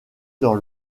dans